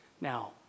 Now